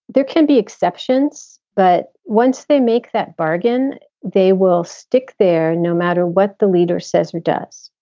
there can be exceptions, but once they make that bargain, they will stick there no matter what the leader says or does.